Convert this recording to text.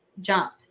jump